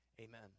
amen